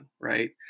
right